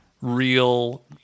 real